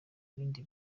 ibindi